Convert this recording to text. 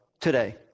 today